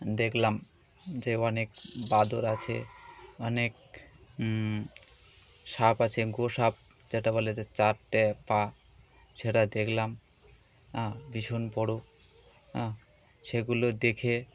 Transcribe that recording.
দেখলাম যে অনেক বাদর আছে অনেক সাপ আছে গো সাপ যেটা বলে যে চারটে পা সেটা দেলাম হ ভীষণ বড়ো হঁ সেগুলো দেখে